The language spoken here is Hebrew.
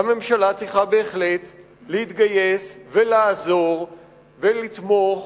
הממשלה צריכה בהחלט להתגייס ולעזור ולתמוך.